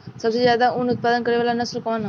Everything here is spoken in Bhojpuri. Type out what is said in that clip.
सबसे ज्यादा उन उत्पादन करे वाला नस्ल कवन ह?